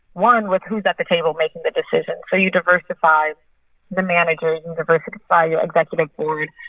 one, with who's at the table making the decisions. so you diversify the managers and diversify your executive board.